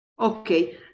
Okay